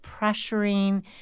pressuring